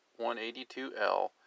182L